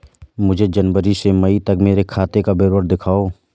मुझे जनवरी से मई तक मेरे खाते का विवरण दिखाओ?